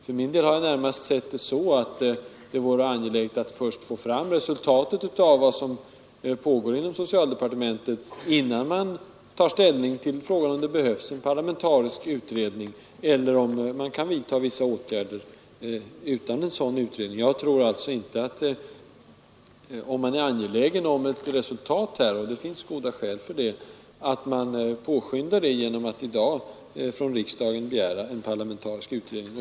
För min del har jag närmast sett det så, att det vore angeläget att först få fram resultaten av vad som pågår inom socialdepartementet, innan man tar ställning till frågan om det behövs en parlamentarisk utredning eller om man kan vidta vissa åtgärder utan en sådan utredning. Är man angelägen om ett resultat — och det finns goda skäl för att vara det — så tror jag inte att man påskyndar saken genom att riksdagen i dag begär en parlamentarisk utredning.